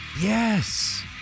Yes